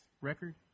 record